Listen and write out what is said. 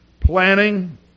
planning